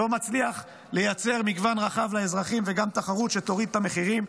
לא מצליח לייצר מגוון רחב לאזרחים וגם תחרות שתוריד את המחירים.